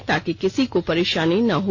ताकि किसी को परेशानी न हो